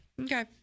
Okay